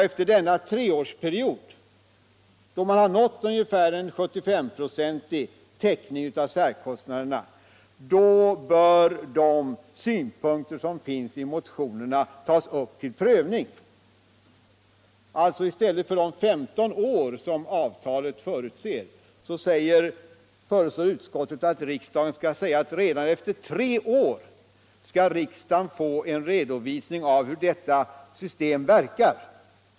Efter denna treårsperiod, då man har nått en ungefär 75-procentig täckning av särkostnaderna, bör motionernas synpunkter tas upp till prövning. Alltså: i stället för de 15 år som avtalet förutser föreslår utskottet att riksdagen säger, att redan efter tre år skall riksdagen få en redovisning av hur detta system verkar.